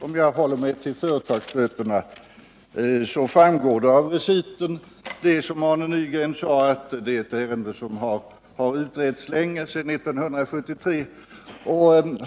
Om jag håller mig till företagsböterna, framgår det av reciten att ärendet, 88 som Arne Nygren sade, har utretts länge — ända sedan 1973.